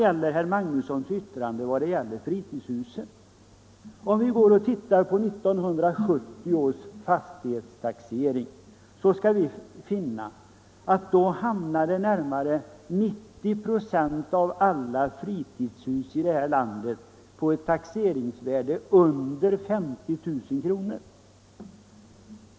Enligt 1970 års fastighetstaxering hamnade närmare 90 96 av alla fritidshus i vårt land på ett taxeringsvärde under 50 000 kr.